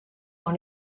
dans